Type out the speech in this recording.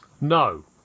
No